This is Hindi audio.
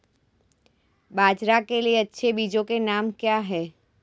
बाजरा के लिए अच्छे बीजों के नाम क्या हैं?